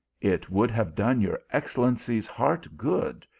it would have done your excellency s heart good,